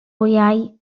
wyau